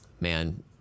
man